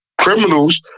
criminals